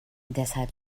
deshalb